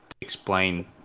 explain